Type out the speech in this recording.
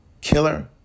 killer